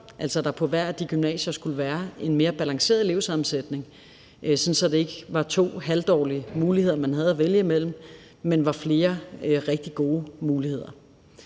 altså at der på hvert af de gymnasier skulle være en mere balanceret elevsammensætning, sådan at det ikke var to halvdårlige muligheder, man havde at vælge imellem, men at der var flere rigtig gode muligheder.